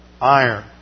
iron